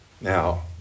Now